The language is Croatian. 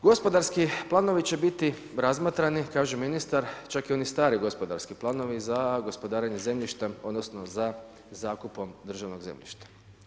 Gospodarski planovi će biti razmotreni, kaže ministar, čak i oni stari gospodarski planovi, za gospodarenjem zemljištem, odnosno za zakupom državnog zemljišta.